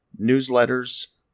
newsletters